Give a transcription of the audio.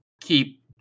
keep